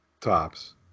tops